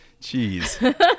Jeez